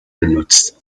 benutzt